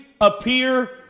appear